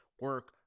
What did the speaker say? Work